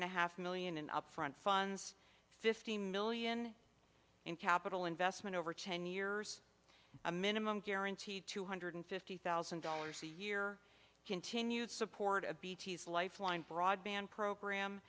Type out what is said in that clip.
and a half million and up front funds fifteen million in capital investment over ten years a minimum guaranteed two hundred fifty thousand dollars a year continued support a betes lifeline broadband program